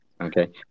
Okay